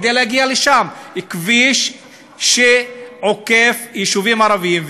כביש שעוקף יישובים ערביים.